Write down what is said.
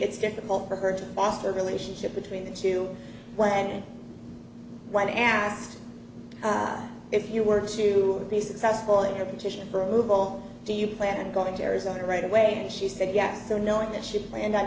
it's difficult for her to foster a relationship between the two when when asked if you were to be successful in your petition for a rouble do you plan on going to arizona right away and she said yes so knowing that she planned